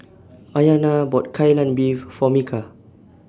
Ayana bought Kai Lan Beef For Micah